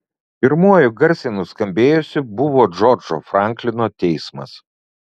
pirmuoju garsiai nuskambėjusiu buvo džordžo franklino teismas